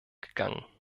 gegangen